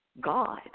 God